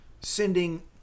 sending